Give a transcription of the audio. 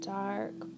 dark